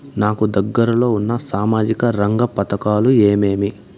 నాకు దగ్గర లో ఉన్న సామాజిక రంగ పథకాలు ఏమేమీ?